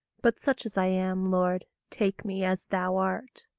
but such as i am, lord, take me as thou art.